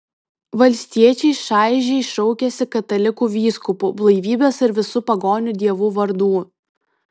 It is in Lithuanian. valstiečiai šaižiai šaukiasi katalikų vyskupų blaivybės ir visų pagonių dievų vardų